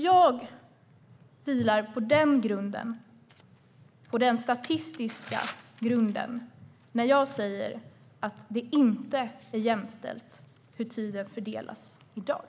Jag vilar på den statistiska grunden när jag säger att det inte är jämställt i fråga om hur tiden fördelas i dag.